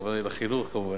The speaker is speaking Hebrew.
הכוונה היא לחינוך כמובן,